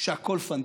שהכול פנטסטי.